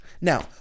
Now